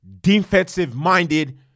defensive-minded